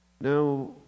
Now